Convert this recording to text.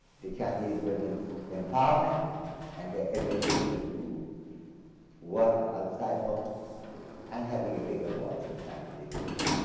the chinese women's empowerment and the ability to work outside home and having a bigger voice in family decision.